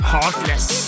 Heartless